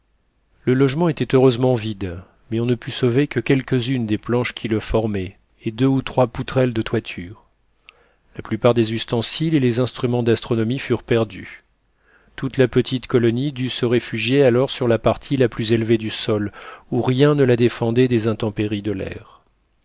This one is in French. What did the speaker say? le logement était heureusement vide mais on ne put sauver que quelques-unes des planches qui le formaient et deux ou trois poutrelles de toiture la plupart des ustensiles et les instruments d'astronomie furent perdus toute la petite colonie dut se réfugier alors sur la partie la plus élevée du sol ou rien ne la défendait des intempéries de l'air